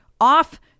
off